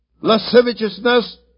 lasciviousness